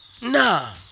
nah